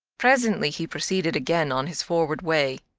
presently he proceeded again on his forward way.